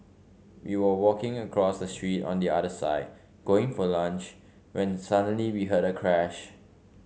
we were walking across the street on the other side going for lunch when suddenly we heard a crash